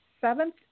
seventh